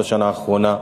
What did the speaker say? בשנה האחרונה.